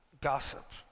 gossip